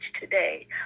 today